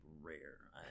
rare